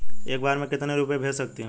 एक बार में मैं कितने रुपये भेज सकती हूँ?